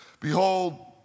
Behold